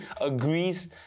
agrees